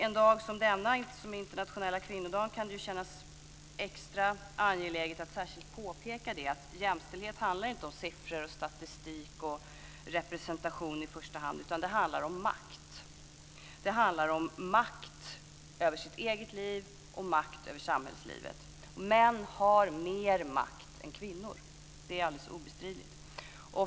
En dag som denna, den internationella kvinnodagen, kan det kännas extra angeläget att särskilt påpeka att jämställdhet i första hand inte handlar om siffror, statistik och representation utan om makt. Det handlar om makt över sitt eget liv och makt över samhällslivet. Män har mer makt än kvinnor, det är alldeles obestridligt.